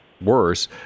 worse